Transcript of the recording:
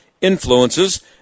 Influences